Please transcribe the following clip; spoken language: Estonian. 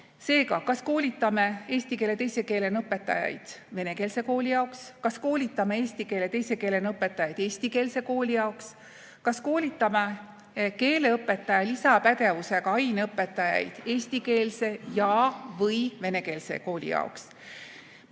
Seega, kas koolitame eesti keele teise keelena õpetajaid venekeelse kooli jaoks? Kas koolitame eesti keele teise keelena õpetajaid eestikeelse kooli jaoks? Kas koolitame keeleõpetaja lisapädevusega aineõpetajaid eestikeelse ja/või venekeelse kooli jaoks?